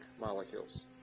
molecules